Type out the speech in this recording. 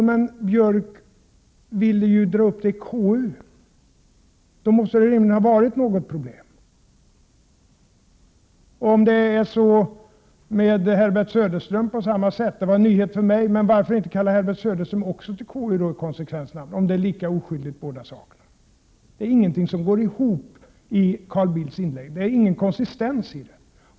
Men Björck ville ju dra upp det i KU. Då måste det rimligen ha varit något problem. Om det är på samma sätt med Herbert Söderström — detta är en nyhet för mig — så varför inte kalla också Herbert Söderström till KU i konsekvensens namn, om båda sakerna är lika oskyldiga? Det är ingenting som går ihop i Carl Bildts inlägg, det är ingen konsistens i det hela.